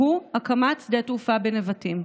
שהוא הקמת שדה התעופה בנבטים.